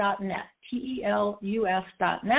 T-E-L-U-S.net